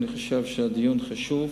אני חושב שהדיון חשוב.